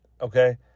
okay